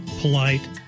polite